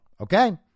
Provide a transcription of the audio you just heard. okay